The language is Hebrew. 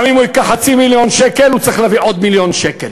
גם אם הוא ייקח חצי מיליון שקל הוא צריך להביא עוד מיליון שקל.